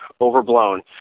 overblown